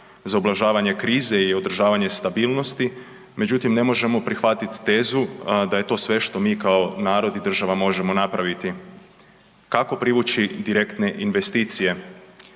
za ublažavanje krize i održavanje stabilnosti. Međutim, ne možemo prihvatit tezu da je to sve što mi kao narod i država možemo napraviti. Kako privući direktne investicije?